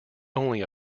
only